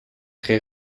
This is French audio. très